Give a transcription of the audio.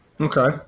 Okay